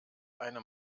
eine